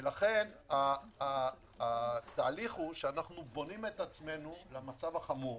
לכן התהליך הוא שאנחנו בונים את עצמנו למצב החמור,